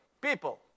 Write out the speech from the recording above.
people